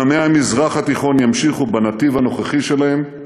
אם עמי המזרח התיכון ימשיכו בנתיב הנוכחי שלהם,